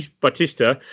Batista